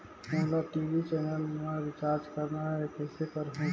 मोला TV channel मा recharge करना हे, कइसे करहुँ?